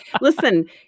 Listen